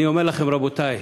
אני אומר לכם, רבותי,